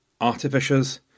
artificers